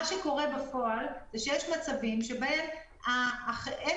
מה שקורה בפועל זה שיש מצבים שבהם אין